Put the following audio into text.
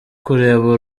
kureba